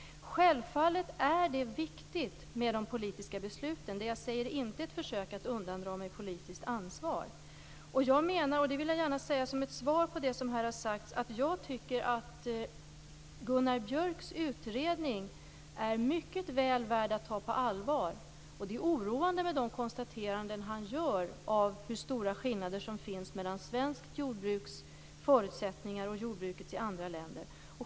Självfallet är de politiska besluten viktiga. Det som jag säger är inte ett försök att undandra mig politiskt ansvar. Som ett svar på det som här har sagts vill jag gärna säga att jag tycker att Gunnar Björks utredning är mycket väl värd att tas på allvar. Det är oroande med de konstateranden som han gör av hur stora skillnader som finns mellan svenskt jordbruks förutsättningar och förutsättningarna för jordbruk i andra länder.